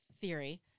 theory